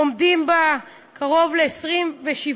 לומדים בהן קרוב ל-27,000